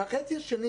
החצי השני